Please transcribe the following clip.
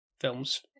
films